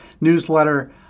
newsletter